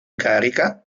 carica